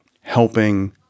helping